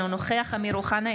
אינו נוכח אמיר אוחנה,